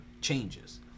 changes